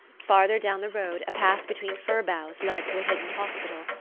farther down the road a path between fir-boughs led to a hidden hospital,